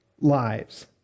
Lives